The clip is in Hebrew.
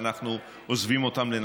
ואנחנו עוזבים אותם לנפשם.